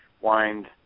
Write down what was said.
wind